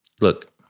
look